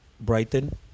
Brighton